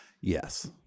Yes